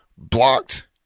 blocked